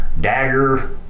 dagger